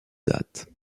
dates